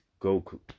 Goku